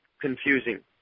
confusing